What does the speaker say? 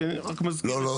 לא,